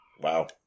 Wow